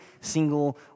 single